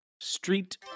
street